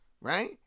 right